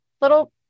little